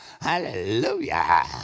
Hallelujah